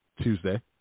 Tuesday